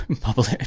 public